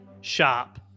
shop